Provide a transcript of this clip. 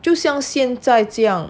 就像现在这样